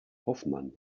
hoffmann